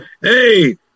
hey